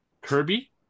Kirby